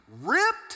ripped